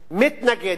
מתנגדת,